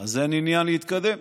אז אין עניין להתקדם.